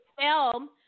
film